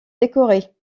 décorée